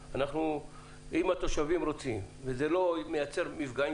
אם התושבים רוצים וזה לא מייצר מפגעים